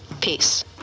Peace